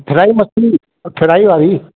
fry मच्छी fry वारी